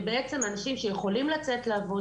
זה בעצם אנשים שיכולים לצאת לעבוד,